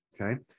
okay